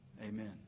Amen